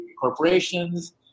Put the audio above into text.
corporations